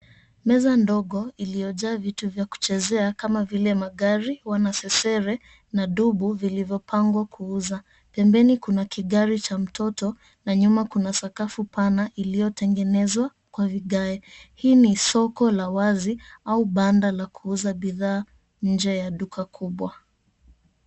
Meza ndogo iliyojaa vitu vya kuchezea kama vile, magari, wanasesere na dubu vilizopanga kuuza. Pembeni kuna kigari cha mtoto na nyuma kuna sakafu pana iliyotengenezwa kwa vigae. Hii ni soko la wazi au banda la kuuza bidhaa nje ya duka kubwa.